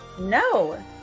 No